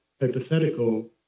hypothetical